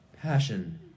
Passion